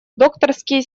докторские